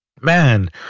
man